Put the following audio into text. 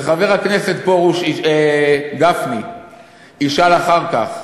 וחבר הכנסת גפני ישאל אחר כך: